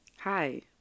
Hi